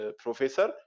professor